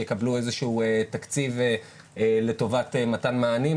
יקבלו איזשהו תקציב לטובת מתן מענים,